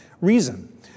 reason